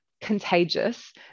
contagious